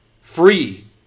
free